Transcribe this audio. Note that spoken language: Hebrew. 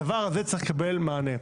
הדבר הזה צריך לקבל מענה.